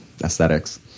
aesthetics